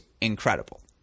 incredible